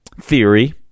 theory